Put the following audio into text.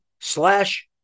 slash